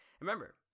Remember